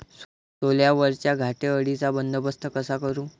सोल्यावरच्या घाटे अळीचा बंदोबस्त कसा करू?